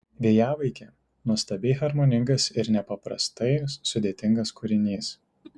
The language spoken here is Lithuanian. vėjavaikė nuostabiai harmoningas ir nepaprastai sudėtingas kūrinys